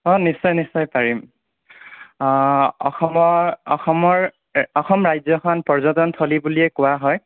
অঁ নিশ্চয় নিশ্চয় পাৰিম অসমৰ অসমৰ অসম ৰাজ্যখন পৰ্যটন থলী বুলিয়েই কোৱা হয়